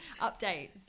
updates